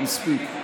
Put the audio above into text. מספיק.